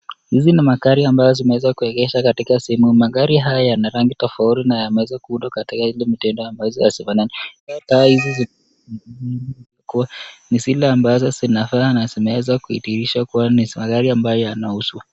Hizi ni magari ambazo zimeweza kuegeshwa katika sehemu moja. Magari haya yana rangi tofauti na yameweza kuundwa katika ile mitindo ambazo hazifanani. Magari hizi zimeonekana kuwa ni zile ambazo zinafaa na zimeweza kudhihirisha kuwa ni magari ambayo yanauzwa.